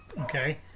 okay